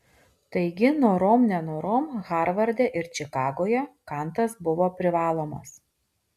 taigi norom nenorom harvarde ir čikagoje kantas buvo privalomas